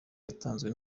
yatanzwe